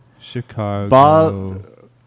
Chicago